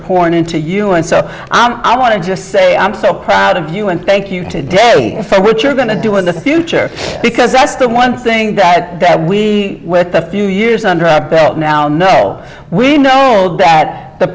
pointing to you and so i want to just say i'm so proud of you and thank you today for what you're going to do in the future because that's the one thing that that we with a few years under our belt now know we know that the